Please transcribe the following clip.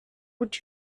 would